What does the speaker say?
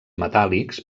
metàl·lics